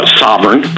sovereign